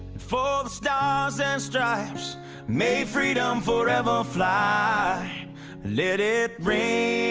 for the stars and stripes may freedom forever fly let it ring